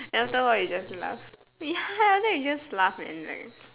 and after a while you just laugh ya after you just laugh man like